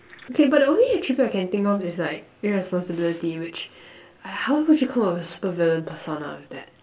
okay but the only attribute I can think of is like irresponsibility which uh how would you come up with a super villain persona with that